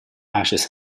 ashes